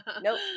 Nope